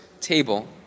table